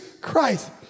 Christ